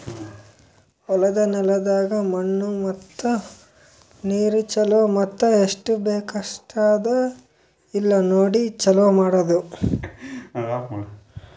ಹೊಲದ ನೆಲದಾಗ್ ಮಣ್ಣು ಮತ್ತ ನೀರು ಛಲೋ ಮತ್ತ ಎಸ್ಟು ಬೇಕ್ ಅಷ್ಟೆ ಅದಾ ಇಲ್ಲಾ ನೋಡಿ ಛಲೋ ಮಾಡದು